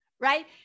right